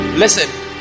Listen